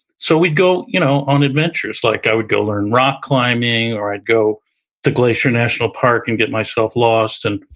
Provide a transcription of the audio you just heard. so we'd go you know on adventures. like i would go learn rock climbing, or i'd go to glacier national park and get myself lost. and